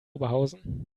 oberhausen